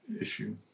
issue